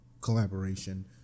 collaboration